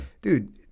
Dude